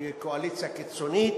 שהיא קואליציה קיצונית,